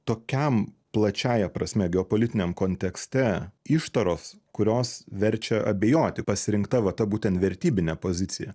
tokiam plačiąja prasme geopolitiniam kontekste ištaros kurios verčia abejoti pasirinkta va ta būtent vertybine pozicija